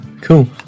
cool